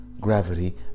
gravity